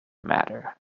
matter